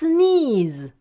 Sneeze